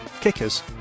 kickers